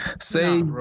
Say